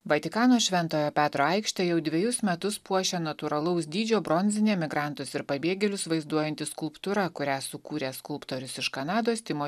vatikano šventojo petro aikštę jau dvejus metus puošia natūralaus dydžio bronzinė emigrantus ir pabėgėlius vaizduojanti skulptūra kurią sukūrė skulptorius iš kanados timo